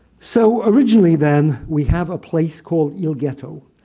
so, originally then, we have a place called il ghetto,